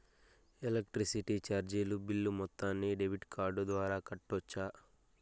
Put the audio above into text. Electricity చార్జీలు bill మొత్తాన్ని debit card ద్వారా కట్టొచ్చా?